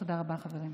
תודה רבה, חברים.